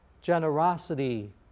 generosity